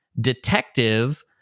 detective